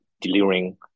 delivering